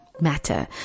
matter